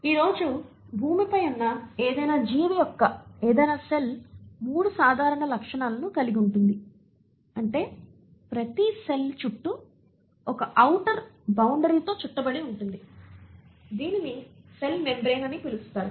ఈ రోజు భూమిపై ఉన్న ఏదైనా జీవి యొక్క ఏదైనా సెల్ మూడు సాధారణ లక్షణాలను కలిగి ఉంటుంది అంటే ప్రతి సెల్ చుట్టూ ఒక ఔటర్ బౌండరీ తో చుట్టబడి ఉంటుంది దీనిని సెల్ మెంబ్రేన్ అని పిలుస్తారు